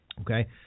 Okay